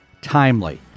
timely